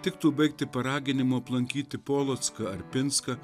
tiktų baigti paraginimu aplankyti polocką ar pinską